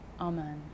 Amen